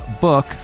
book